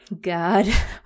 God